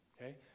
okay